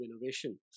innovation